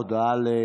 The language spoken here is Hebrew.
הודעה